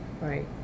Right